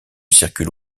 circule